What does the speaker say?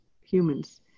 humans